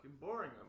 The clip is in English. boring